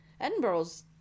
edinburgh's